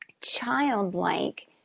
childlike